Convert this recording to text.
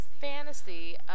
fantasy